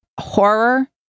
horror